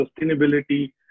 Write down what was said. sustainability